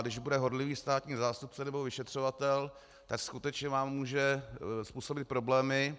Když bude horlivý státní zástupce nebo vyšetřovatel, tak vám skutečně může způsobit problémy.